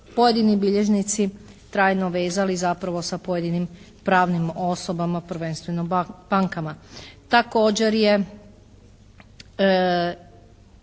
pojedini bilježnici trajno vezali zapravo sa pojedinim pravnim osobama prvenstveno bankama.